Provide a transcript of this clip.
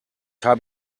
habe